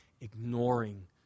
ignoring